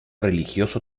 religioso